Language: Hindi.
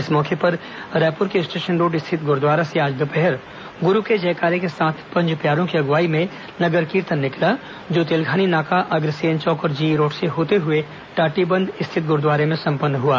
इस मौके पर रायपुर के स्टेशन रोड स्थित गुरूद्वारा से आज दोपहर गुरू के जयकारे के साथ पंच प्यारों की अगुवाई में नगर कीर्तन निकला जो तेलघानी नाका अग्रसेन चौक और जीई रोड से होते हुए टाटीबंध स्थित गुरूद्वारे में संपन्न हुआ